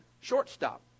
shortstop